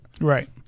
Right